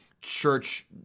church